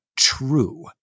True